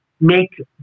make